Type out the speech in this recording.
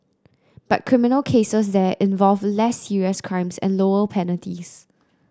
but criminal cases there involve less serious crimes and lower penalties